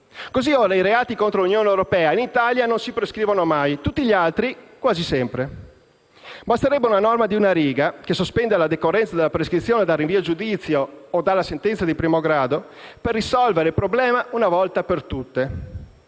Così ora i reati contro l'Unione europea in Italia non si prescrivono mai, tutti gli altri quasi sempre! Basterebbe una norma di una riga, che sospenda la decorrenza della prescrizione dal rinvio a giudizio o dalla sentenza di primo grado, per risolvere il problema una volta per tutte.